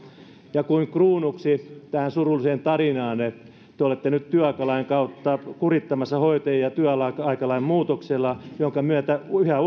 kuin kruunuksi tähän surulliseen tarinaan te te olette nyt työaikalain kautta kurittamassa hoitajia työaikalain muutoksella jonka myötä yhä